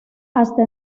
hasta